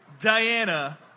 Diana